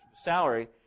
salary